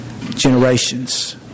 generations